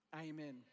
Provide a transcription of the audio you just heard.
amen